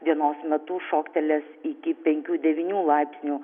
dienos metu šoktelės iki penkių devynių laipsnių